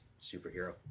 Superhero